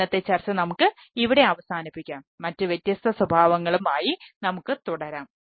ഇന്നത്തെ ചർച്ച നമുക്ക് ഇവിടെ അവസാനിപ്പിക്കാം മറ്റ് വ്യത്യസ്ത സ്വഭാവങ്ങളും ആയി നമുക്ക് തുടരാം